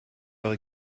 eure